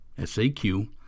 SAQ